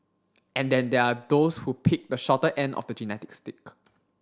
and then there are those who picked the shorter end of the genetic stick